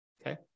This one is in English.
Okay